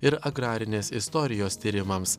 ir agrarinės istorijos tyrimams